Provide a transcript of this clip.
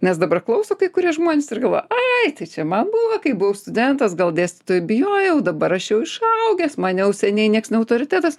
nes dabar klauso kai kurie žmonės ir galvoja ai tai čia man buvo kai buvau studentas gal dėstytojų bijojau dabar aš jau išaugęs man jau seniai nieks ne autoritetas